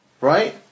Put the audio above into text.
Right